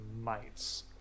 mites